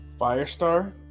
Firestar